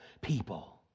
people